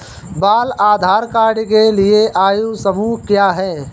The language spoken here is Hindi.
बाल आधार कार्ड के लिए आयु समूह क्या है?